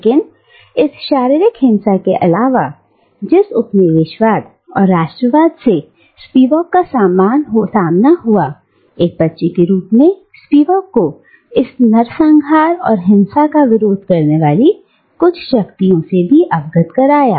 लेकिन इस शारीरिक हिंसा के अलावा जिस उपनिवेशवाद और राष्ट्रवाद से स्पिवाक का सामना हुआ एक बच्चे के रूप में स्पिवाक को इस नरसंहार और हिंसा का विरोध करने वाली कुछ शक्तियों से भी अवगत कराया